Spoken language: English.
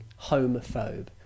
homophobe